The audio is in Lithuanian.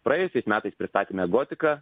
praėjusiais metais pristatėme gotiką